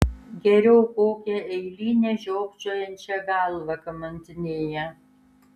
geriau kokią eilinę žiopčiojančią galvą kamantinėja